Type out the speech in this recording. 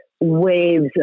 waves